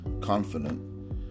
confident